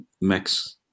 Max